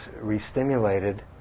re-stimulated